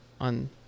on